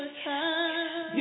time